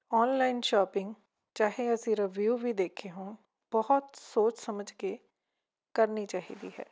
online shopping ਚਾਹੇ ਅਸੀਂ review ਵੀ ਦੇਖੇ ਹੋਣ ਬਹੁਤ ਸੋਚ ਸਮਝ ਕੇ ਕਰਨੀ ਚਾਹੀਦੀ ਹੈ